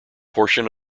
portion